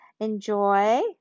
Enjoy